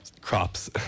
crops